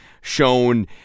shown